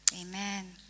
Amen